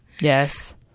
Yes